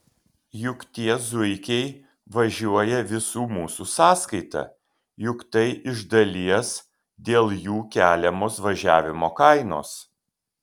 juk tie zuikiai važiuoja visų mūsų sąskaita juk tai iš dalies dėl jų keliamos važiavimo kainos